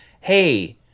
hey